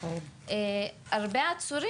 בבקשה.